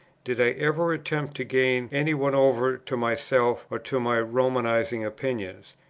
did i ever attempt to gain any one over to myself or to my romanizing opinions,